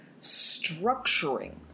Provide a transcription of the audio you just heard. structuring